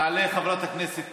תעלה חברת הכנסת